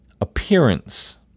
Appearance